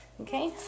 Okay